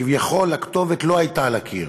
כביכול הכתובת לא הייתה על הקיר.